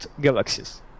galaxies